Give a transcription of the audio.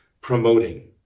promoting